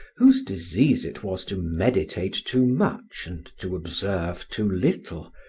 whose disease it was to meditate too much and to observe too little,